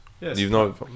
yes